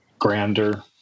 grander